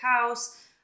house